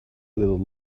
little